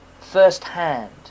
firsthand